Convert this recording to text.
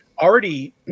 already